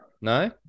No